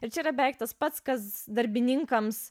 ir čia yra beveik tas pats kas darbininkams